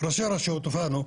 ראשי הרשויות הופענו.